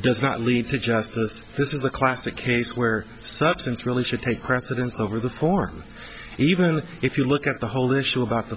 does not lead to justice this is the classic case where substance really should take precedence over the form even if you look at the whole issue about the